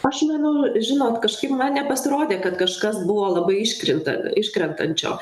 aš manau žinot kažkaip man nepasirodė kad kažkas buvo labai iškrinta iškrentančio